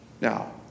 Now